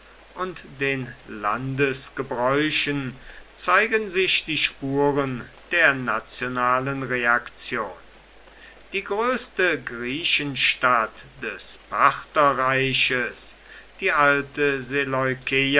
und den landesgebräuchen zeigen sich die spuren der nationalen reaktion die größte griechenstadt des partherreiches die alte